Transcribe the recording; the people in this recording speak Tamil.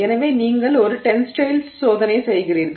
எனவே நீங்கள் ஒரு டென்ஸைல் சோதனை செய்கிறீர்கள்